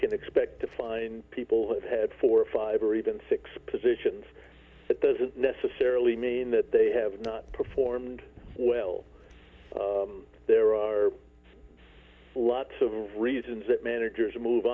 can expect to find people that have four or five or even six positions it doesn't necessarily mean that they have not performed well there are lots of reasons that managers move